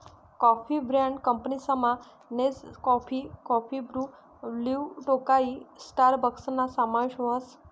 coffee brand कंपनीसमा Nescafe, coffee Bru, Blue Tokai स्टारबक्सना समावेश व्हस